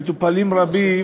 מטופלים רבים